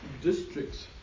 districts